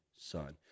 son